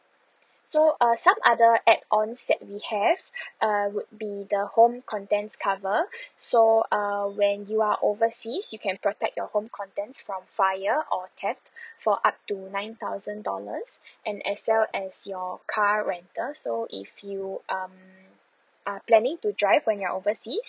so err some other add-ons that we have err would be the home contents cover so err when you are overseas you can protect your home contents from fire or theft for up to nine thousand dollars and as well as your car rental so if you um are planning to drive when you're overseas